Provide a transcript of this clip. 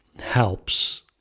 helps